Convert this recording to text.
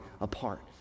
apart